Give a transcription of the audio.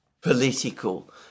political